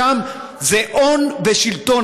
שם זה הון ושלטון,